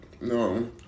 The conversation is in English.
no